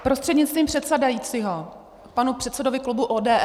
Prostřednictvím předsedajícího k panu předsedovi klubu ODS.